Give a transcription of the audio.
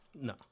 No